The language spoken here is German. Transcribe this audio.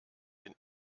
den